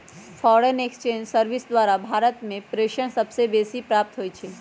foreign exchange service द्वारा भारत में प्रेषण सबसे बेसी प्राप्त होई छै